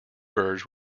birds